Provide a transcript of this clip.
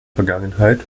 vergangenheit